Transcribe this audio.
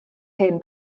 hen